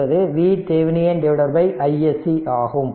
என்பது VThevenin isc ஆகும்